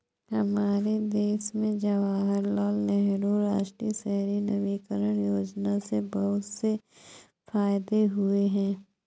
हमारे देश में जवाहरलाल नेहरू राष्ट्रीय शहरी नवीकरण योजना से बहुत से फायदे हुए हैं